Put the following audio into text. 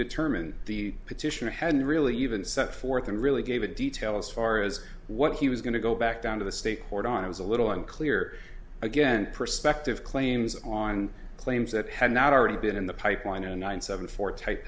determined the petitioner hadn't really even set forth and really gave a detail as far as what he was going to go back down to the state court on i was a little unclear again perspective claims on claims that had not already been in the pipeline and nine seventy four type